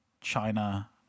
china